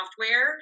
software